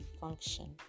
function